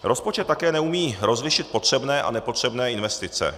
Rozpočet také neumí rozlišit potřebné a nepotřebné investice.